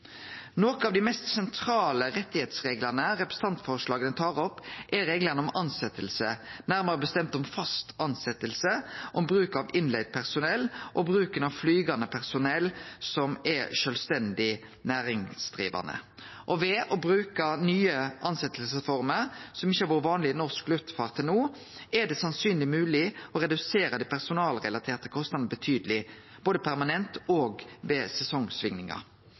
av dei mest sentrale reglane om rettar som representantforslaga tar opp, er reglane om tilsetjing, nærare bestemt om fast tilsetjing, om bruk av leigd personell og bruk av flygande personell som er sjølvstendig næringsdrivande. Og ved å bruke nye tilsetjingsformer som ikkje har vore vanlege i norsk luftfart til no, er det sannsynlegvis mogleg å redusere dei personalrelaterte kostnadene betydeleg, både permanent og ved sesongsvingingar.